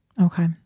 Okay